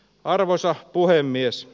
arvoisa puhemies